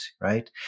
right